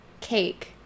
Cake